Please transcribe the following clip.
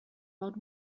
world